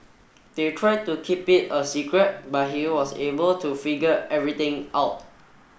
they tried to keep it a secret but he was able to figure everything out